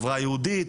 חברה יהודית,